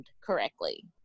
correctly